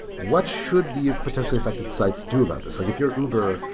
what should the potentially affected sites do about this? like if you're uber,